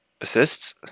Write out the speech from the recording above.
assists